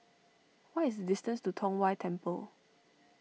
what is the distance to Tong Whye Temple